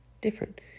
different